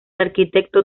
arquitecto